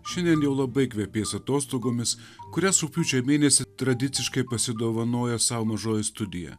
šiandien jau labai kvepės atostogomis kurias rugpjūčio mėnesį tradiciškai pasidovanoja sau mažoji studija